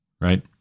right